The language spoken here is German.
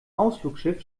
ausflugsschiff